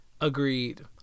Agreed